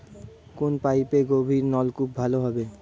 কোন পাইপে গভিরনলকুপ ভালো হবে?